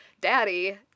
daddy